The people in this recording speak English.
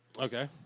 Okay